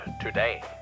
today